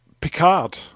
Picard